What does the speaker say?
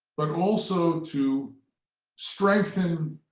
but also to strengthen,